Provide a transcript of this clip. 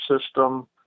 system